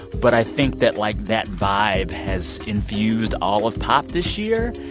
but i think that, like, that vibe has infused all of pop this year,